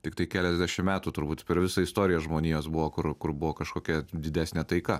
tiktai keliasdešim metų turbūt per visą istoriją žmonijos buvo kur kur buvo kažkokia didesnė taika